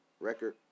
record